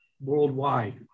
worldwide